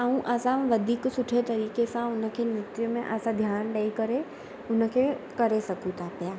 ऐं असां वधीक सुठे तरीक़े सां उन खे नृत्य में असां ध्यानु ॾेई करे उन खे करे सघूं था पिया